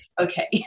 okay